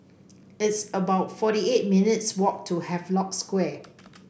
it's about forty eight minutes' walk to Havelock Square